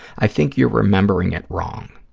i think you're remembering it wrong.